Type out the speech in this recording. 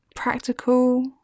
practical